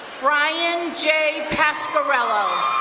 brian j. pasquerilla.